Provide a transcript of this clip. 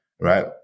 right